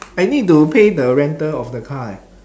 I need to pay the rental of the car eh